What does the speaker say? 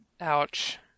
Ouch